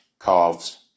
calves